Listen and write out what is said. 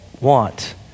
want